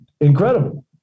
incredible